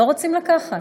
לא רוצים לקחת.